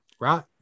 right